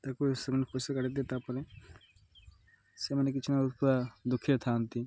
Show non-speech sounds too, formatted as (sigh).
ତାକୁ ସେମାନେ (unintelligible) ତାପରେ ସେମାନେ କିଛି ନା ଉପାୟ ଦୁଃଖରେ ଥାନ୍ତି